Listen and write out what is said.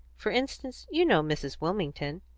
for instance, you know mrs. wilmington.